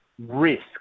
risk